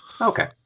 Okay